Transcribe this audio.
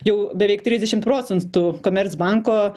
jau beveik trisdešimt procentų komercbanko